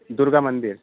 दुर्गा मंदिर